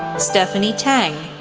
stephanie tang,